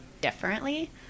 differently